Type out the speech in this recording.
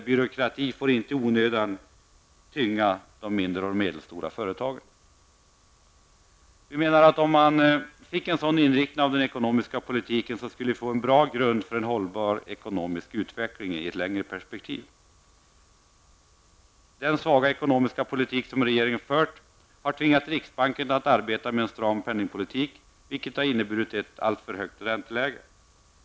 Byråkrati får inte i onödan tynga de mindre och medelstora företagen. Om vi fick en sådan inriktning av den ekonomiska politiken skulle vi få en bra grund för en hållbar ekonomisk utveckling i ett längre perspektiv. Den svaga ekonomiska politik som regeringen har fört har tvingat riksbanken att arbeta med en stram penningpolitik, vilket har inneburit ett alltför högt ränteläge.